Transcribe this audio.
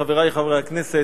חברי חברי הכנסת,